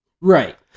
Right